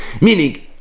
Meaning